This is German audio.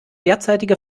derzeitige